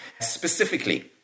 Specifically